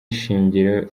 ishingiro